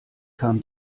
kam